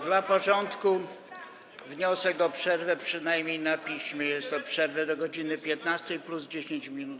Dla porządku: wniosek o przerwę, przynajmniej na piśmie, jest o przerwę do godz. 15 plus 10 minut.